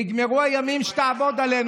נגמרו הימים שתעבוד עלינו.